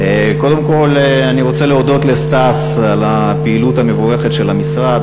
קודם כול אני רוצה להודות לסטס על הפעילות המבורכת של המשרד.